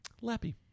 lappy